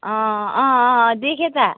अँ अँ अँ देखेँ त